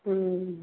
हं